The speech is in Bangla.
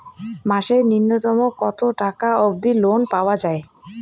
মাসে নূন্যতম কতো টাকা অব্দি লোন পাওয়া যায়?